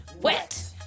wet